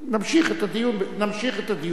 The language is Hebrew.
נמשיך את הדיון בוועדת הכנסת.